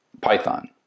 Python